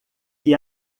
que